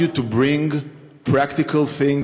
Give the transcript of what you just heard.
התחלת בערב הסעודית,